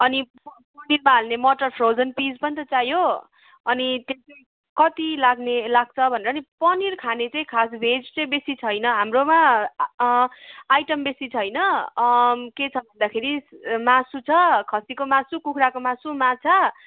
अनि पनिरमा हाल्ने मटर फ्रोजन पिस पनि त चाहियो अनि त्यस्तै कति लाग्ने लाग्छ भनेर नि पनिर खाने चाहिँ खास भेज चाहिँ बेसी छैन हाम्रोमा आइटम बेसी छैन के छ भन्दाखेरि मासु छ खसीको मासु कुखुराको मासु माछा